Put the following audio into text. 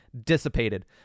dissipated